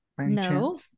no